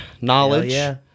knowledge